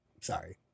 sorry